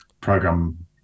program